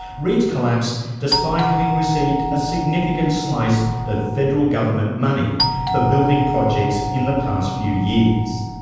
reeds collapsed despite having received a significant slice of federal government money for building projects in the past few years.